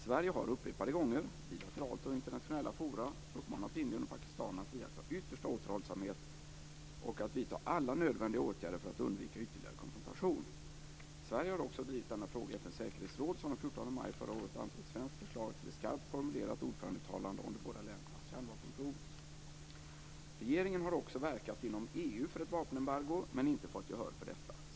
Sverige har upprepade gånger, bilateralt och i internationella forum, uppmanat Indien och Pakistan att iaktta yttersta återhållsamhet och att vidta alla nödvändiga åtgärder för att undvika ytterligare konfrontation. Sverige har också drivit denna fråga i FN:s säkerhetsråd, som den 14 maj förra året antog ett svenskt förslag till ett skarpt formulerat ordförandeuttalande om de båda ländernas kärnvapenprov. Regeringen har också verkat inom EU för ett vapenembargo, men inte fått gehör för detta.